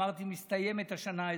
ואמרתי: מסתיימת השנה האזרחית.